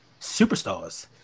superstars